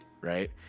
right